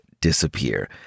disappear